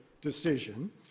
decision